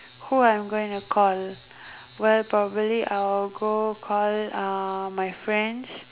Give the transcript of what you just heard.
who I'm going to call well probably I will go call uh my friends